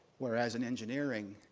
whereas in engineering,